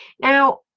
Now